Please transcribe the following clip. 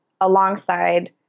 alongside